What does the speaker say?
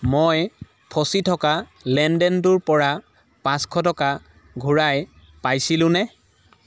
মই ফচি থকা লেনদেনটোৰ পৰা পাঁচশ টকা ঘূৰাই পাইছিলোনে